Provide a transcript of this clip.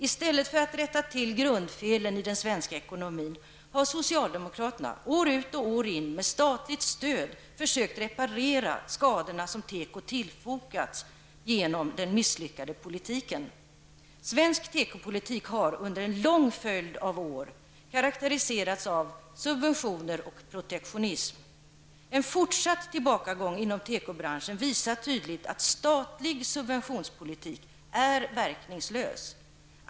I stället för att rätta till grundfelen i den svenska ekonomin har socialdemokraterna år ut och år in med statligt stöd försökt reparera de skador som teko tillfogats genom den misslyckade politiken. Svensk tekopolitik har under en lång följd av år karakteriserats av subventioner och protektionism. En fortsatt tillbakagång inom tekobranschen visar tydligt att statlig subventionspolitik är verklingslös.